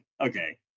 okay